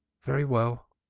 very well.